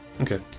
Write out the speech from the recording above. Okay